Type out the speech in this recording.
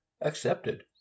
accepted